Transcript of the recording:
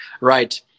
right